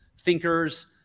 thinkers